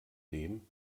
dem